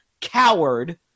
Coward